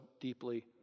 deeply